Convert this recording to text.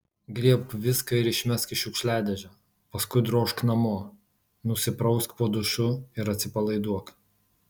griebk viską ir išmesk į šiukšliadėžę paskui drožk namo nusiprausk po dušu ir atsipalaiduok